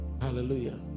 Hallelujah